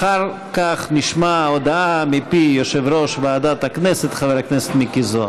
אחר כך נשמע הודעה מפי יושב-ראש ועדת הכנסת חבר הכנסת מיקי זוהר.